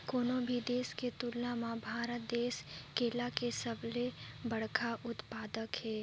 कोनो भी देश के तुलना म भारत देश केला के सबले बड़खा उत्पादक हे